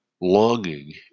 longing